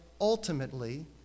ultimately